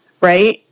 Right